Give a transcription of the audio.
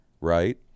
right